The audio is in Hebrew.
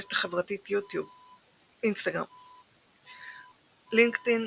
ברשת החברתית אינסטגרם LinkedIn,